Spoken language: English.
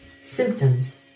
symptoms